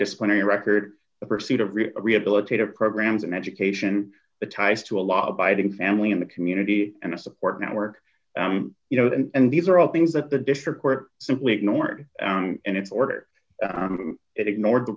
disciplinary record the pursuit of real rehabilitative programs and education the ties to a law abiding family in the community and a support network you know and these are all things that the district court simply ignored and it's order it ignored the